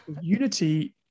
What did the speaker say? unity